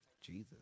Jesus